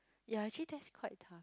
ya actually that's quite tough